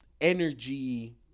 energy –